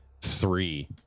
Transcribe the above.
three